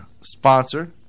sponsor